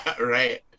Right